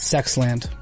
Sexland